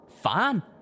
Fine